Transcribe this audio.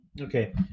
Okay